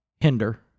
hinder